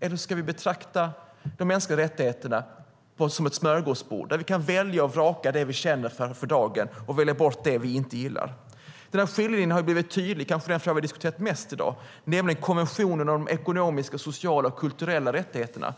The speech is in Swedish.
Eller ska vi betrakta de mänskliga rättigheterna som ett smörgåsbord där vi kan välja och vraka det vi för dagen känner för och välja bort det som vi inte gillar? Denna skiljelinje har blivit tydlig när det gäller det vi kanske har diskuterat mest i dag, nämligen konventionen om de ekonomiska, sociala och kulturella rättigheterna.